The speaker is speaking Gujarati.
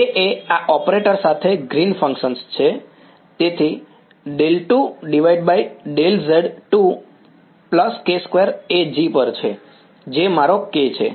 K એ આ ઑપરેટર સાથે ગ્રીન્સ ફંક્શન છે તેથી ∂2∂z2k2 એ G પર છે જે મારો K છે